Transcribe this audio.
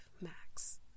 max